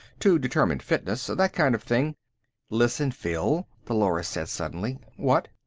to determine fitness, that kind of thing listen, phil, dolores said suddenly. what?